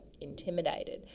intimidated